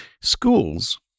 schools